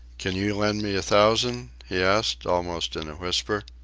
can you lend me a thousand? he asked, almost in a whisper.